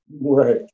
Right